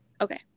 okay